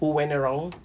who went around